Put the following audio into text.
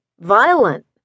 Violent